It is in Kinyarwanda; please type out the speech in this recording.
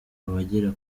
abagera